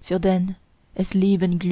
für den es liebend